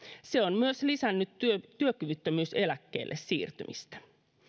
se on myös lisännyt työkyvyttömyyseläkkeelle siirtymistä